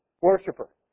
worshiper